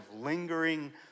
lingering